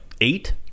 eight